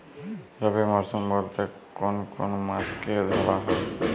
রবি মরশুম বলতে কোন কোন মাসকে ধরা হয়?